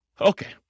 Okay